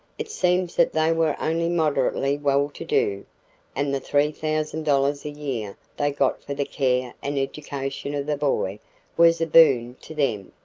it seems that they were only moderately well-to-do and the three thousand dollars a year they got for the care and education of the boy was a boon to them.